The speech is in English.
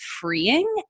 freeing